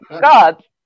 God